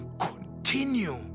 continue